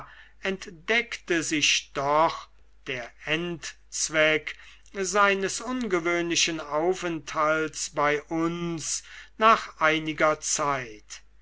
entdeckte sich doch der endzweck seines ungewöhnlichen aufenthalts bei uns nach einiger zeit